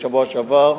בשבוע שעבר.